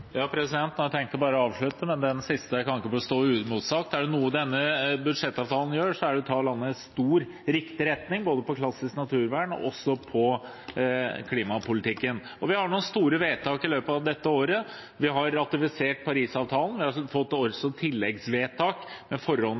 Jeg tenkte å avslutte, men det siste kan ikke få stå uimotsagt. Er det noe denne budsjettavtalen gjør, er det å ta landet i riktig retning, når det gjelder både klassisk naturvern og klimapolitikken. Vi har gjort noen store vedtak i løpet av dette året. Vi har ratifisert Paris-avtalen, vi har også fått tilleggsvedtak